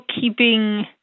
keeping